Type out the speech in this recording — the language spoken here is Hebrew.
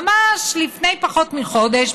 ממש לפני פחות מחודש,